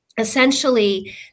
Essentially